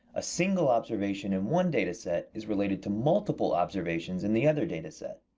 a single observation in one data set is related to multiple observations in the other data set.